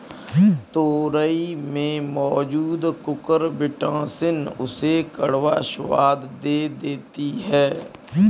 तोरई में मौजूद कुकुरबिटॉसिन उसे कड़वा स्वाद दे देती है